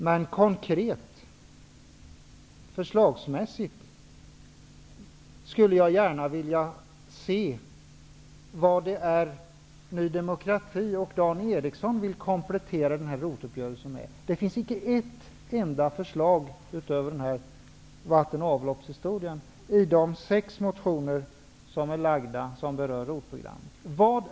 Men konkret, förslagsmässigt, skulle jag gärna vilja veta vad Dan Eriksson och Ny demokrati vill komplettera ROT-uppgörelsen med. Det finns inte ett enda förslag utom vatten och avloppsprojektet i de sex motioner som har väckts beträffande ROT programmet.